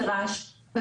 --- זכויות,